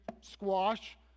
squash